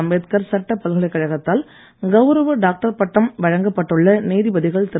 அம்பேத்கர் சட்டப் பல்கலைக்கழகத்தால் கௌரவ டாக்டர் பட்டம் வழங்கப் பட்டுள்ள நீதிபதிகள் திரு